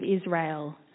Israel